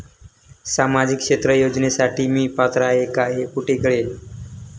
सामाजिक क्षेत्र योजनेसाठी मी पात्र आहे का हे कुठे कळेल?